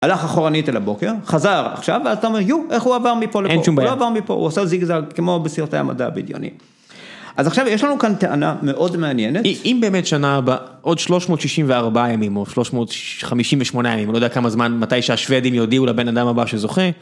הלך אחורנית אל הבוקר, חזר עכשיו, ואז אתה אומר, יו, איך הוא עבר מפה לפה, הוא לא עבר מפה, הוא עושה זיג זאג כמו בסרטי המדע הבדיוני. אז עכשיו יש לנו כאן טענה מאוד מעניינת. אם באמת שנה הבאה, עוד 364 ימים, או 358 ימים, אני לא יודע כמה זמן, מתי שהשוודים יודיעו לבן אדם הבא שזוכה.